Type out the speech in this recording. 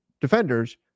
defenders